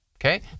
Okay